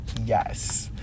yes